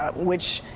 ah which,